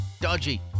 dodgy